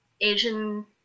Asian